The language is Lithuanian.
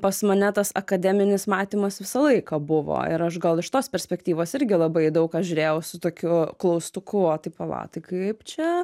pas mane tas akademinis matymas visą laiką buvo ir aš gal iš tos perspektyvos irgi labai į daug ką žiūrėjau su tokiu klaustuku o tai pala tai kaip čia